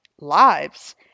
lives